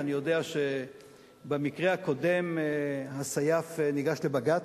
אני יודע שבמקרה הקודם הסייף ניגש לבג"ץ,